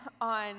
on